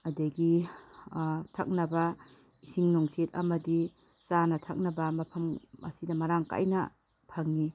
ꯑꯗꯒꯤ ꯊꯛꯅꯕ ꯏꯁꯤꯡ ꯅꯨꯡꯁꯤꯠ ꯑꯃꯗꯤ ꯆꯥꯅ ꯊꯛꯅꯕ ꯃꯐꯝ ꯃꯁꯤꯗ ꯃꯔꯥꯡ ꯀꯥꯏꯅ ꯐꯪꯏ